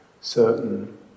certain